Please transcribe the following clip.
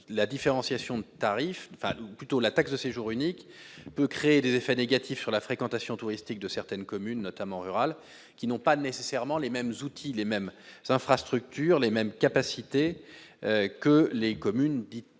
Pourquoi ? Parce que la taxe de séjour unique peut avoir des effets négatifs sur la fréquentation touristique de certaines communes, notamment rurales, qui n'ont pas nécessairement les mêmes outils, les mêmes infrastructures, ni les mêmes capacités que les communes touristiques